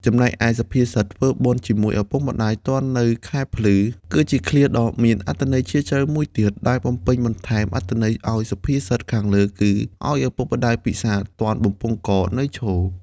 ចំណែកឯ សុភាសិត ធ្វើបុណ្យជាមួយឪពុកម្តាយទាន់នៅខែភ្លឺ គឺជាឃ្លាដ៏មានអត្ថន័យជ្រាលជ្រៅមួយទៀត ដែលបំពេញបន្ថែមអត្ថន័យអោយសុភាសិតខាងលើគឺ ឲ្យឪពុកម្តាយពិសារ ទាន់បំពង់ករនៅឈរ។